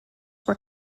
were